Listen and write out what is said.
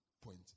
point